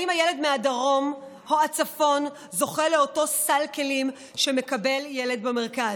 האם הילד מהדרום או מהצפון זוכה לאותו סל כלים שמקבל ילד במרכז?